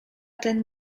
ten